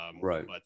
right